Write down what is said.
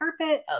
carpet